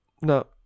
No